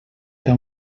era